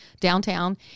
downtown